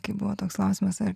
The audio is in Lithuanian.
kai buvo toks klausimas ar